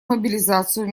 мобилизацию